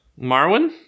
Marwin